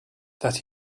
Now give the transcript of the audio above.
that